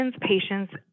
patients